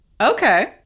Okay